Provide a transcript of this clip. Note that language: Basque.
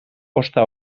ozta